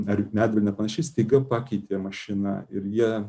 ar netgi nepanašiai staiga pakeitė mašina ir jie